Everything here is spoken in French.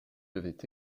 devait